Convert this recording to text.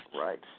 Right